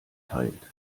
teilt